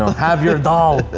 have your dal,